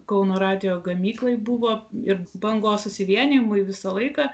kauno radijo gamyklai buvo ir bangos susivienijimui visą laiką